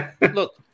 look